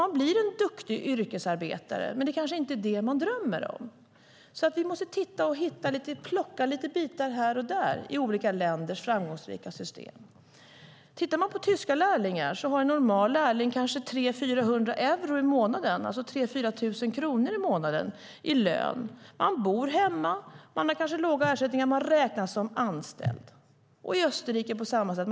Man blir en duktig yrkesarbetare, men det är kanske inte det man drömmer om. Vi måste plocka bitar här och där från framgångsrika system i olika länder. En normal lärling i Tyskland får kanske 300-400 euro i månaden, det vill säga 3 000-4 000 kronor i månaden, i lön. Man bor hemma, ersättningen är låg men man räknas som anställd. I Österrike är det på samma sätt.